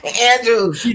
Andrew